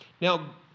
Now